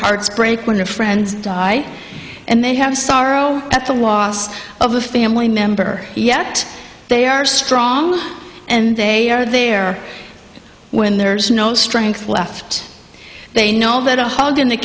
hearts break when their friends die and they have sorrow at the loss of a family member yet they are strong and they are there when there is no strength left they know that a hug and